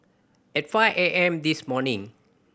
at five A M this morning